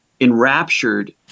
enraptured